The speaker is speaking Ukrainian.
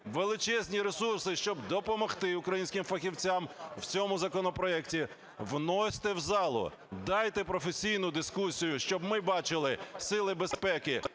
величезні ресурси, щоб допомогти українських фахівцям в цьому законопроекті. Вносьте в залу, дайте професійну дискусію, щоб ми бачили сили безпеки